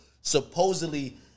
supposedly